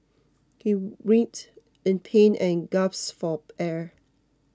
he writhed in pain and gasped for air